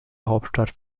hauptstadt